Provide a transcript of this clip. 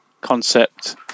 concept